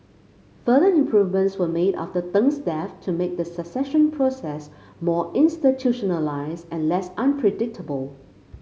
further improvements were made after Deng's death to make the succession process more institutionalised and less unpredictable